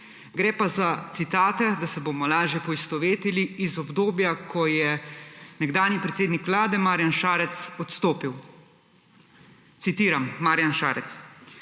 Gre pa za citate, da se bomo lažje poistovetili, iz obdobja, ko je nekdanji predsednik Vlade Marjan Šarec odstopil. Citiram, Marjan Šarec: